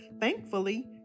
Thankfully